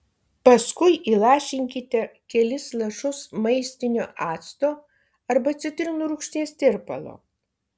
paskui įlašinkite kelis lašus maistinio acto arba citrinų rūgšties tirpalo